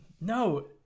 No